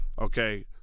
Okay